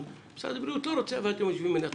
משרד הבריאות לא רוצה ואתם יושבים מן הצד.